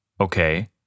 Okay